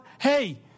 Hey